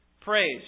praise